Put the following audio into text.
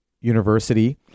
university